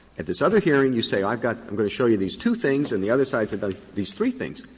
at this other hearing, you say i've got i'm going to show you these two things, and the other side has sort of these three things,